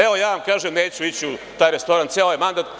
Evo, ja vam kažem neću ići u taj restoran ceo mandat.